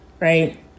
right